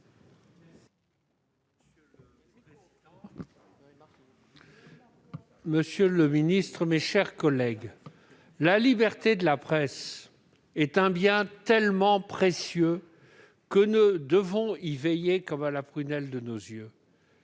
monsieur le ministre, mes chers collègues, la liberté de la presse est un bien tellement précieux que nous devons y veiller comme à la prunelle de nos yeux.